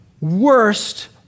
worst